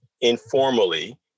informally